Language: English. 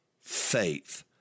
faith